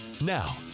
Now